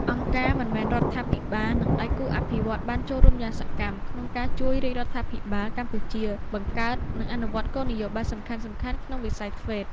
អង្គការមិនមែនរដ្ឋាភិបាល និងដៃគូអភិវឌ្ឍន៍បានចូលរួមយ៉ាងសកម្មក្នុងការជួយរាជរដ្ឋាភិបាលកម្ពុជាបង្កើត និងអនុវត្តគោលនយោបាយសំខាន់ៗក្នុងវិស័យ ធ្វេត TVET។